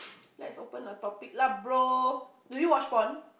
let's open a topic lah bro do you watch porn